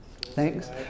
Thanks